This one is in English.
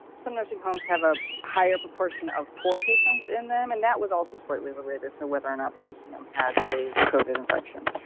some nursing homes have a higher proportion of poor patients in them, and that was also slightly related to whether or not the nursing home had a covid infection.